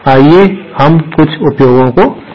आइए हम कुछ उपयोगों को देखते हैं